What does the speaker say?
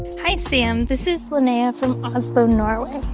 hi, sam. this is lenea from oslo, norway.